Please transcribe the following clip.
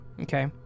Okay